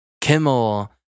Kimmel